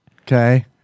Okay